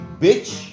bitch